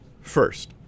First